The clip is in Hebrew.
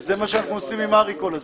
זה מה שאנחנו עושים עם אריק כל הזמן.